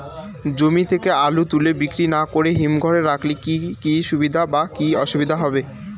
জমি থেকে আলু তুলে বিক্রি না করে হিমঘরে রাখলে কী সুবিধা বা কী অসুবিধা হবে?